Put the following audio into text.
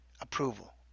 approval